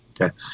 Okay